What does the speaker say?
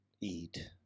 eat